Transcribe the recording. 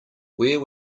where